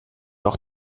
auch